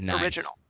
original